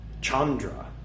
Chandra